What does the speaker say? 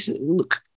look